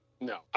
No